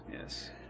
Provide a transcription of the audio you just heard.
yes